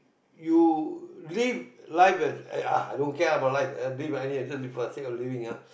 you live life as ah i don't care about life live for the sake of living ah